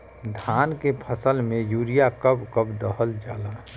धान के फसल में यूरिया कब कब दहल जाला?